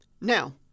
Now